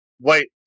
wait